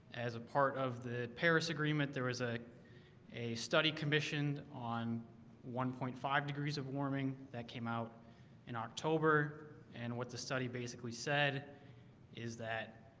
as a part of the paris agreement there was ah a study commissioned on one point five degrees of warming that came out in october and what the study basically said is that